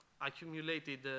accumulated